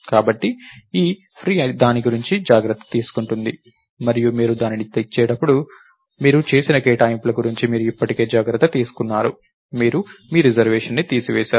కాబట్టి ఈ free దాని గురించి జాగ్రత్త తీసుకుంటుంది మరియు మీరు దానిని తిరిగి ఇచ్చేటప్పుడు మీరు చేసిన కేటాయింపుల గురించి మీరు ఇప్పటికే జాగ్రత్త తీసుకున్నారు మీరు మీ రిజర్వేషన్ను తీసివేసారు